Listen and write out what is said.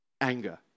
anger